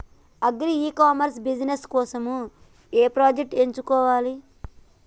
Agri e commerce business కోసము ఏ products ఎంచుకోవాలి?